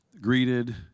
Greeted